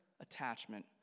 attachment